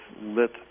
lit